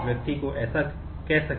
विशेष